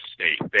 State